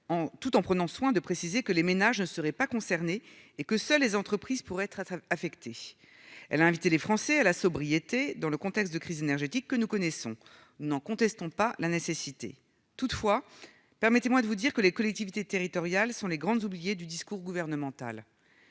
tout en prenant soin de préciser que les ménages ne seraient pas concernés et que seules les entreprises pourraient être affectées. Elle a invité les Français à la sobriété dans le contexte de crise énergétique que nous connaissons- nous n'en contestons pas la nécessité. Toutefois, madame la secrétaire d'État, permettez-moi de vous dire que les collectivités territoriales sont les grandes oubliées du discours gouvernemental.